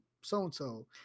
so-and-so